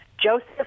Joseph